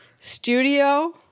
studio